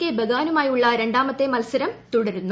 K ബഗാനുമായുള്ള രണ്ടാമത്തെ മത്സരം തുടരുന്നു